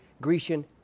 Grecian